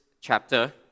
chapter